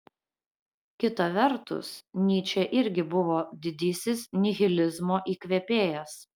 kita vertus nyčė irgi buvo didysis nihilizmo įkvėpėjas